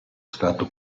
stato